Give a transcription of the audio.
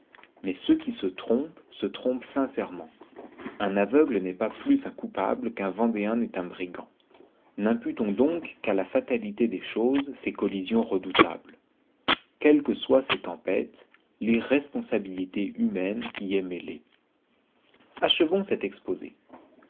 mais ceux qui se trompent se trompent sincèrement un aveugle n'est pas plus un coupable qu'un vendéen n'est un brigand n'imputons donc qu'à la fatalité des choses ces collisions redoutables quelles que soient ces tempêtes l'irresponsabilité humaine y est mêlée achevons cet exposé